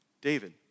David